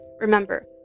remember